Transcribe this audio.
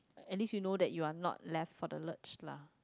at least you know that you are not left for the ledge lah